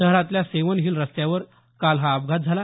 शहरातल्या seven hill रस्त्यावर काल हा अपघात झाला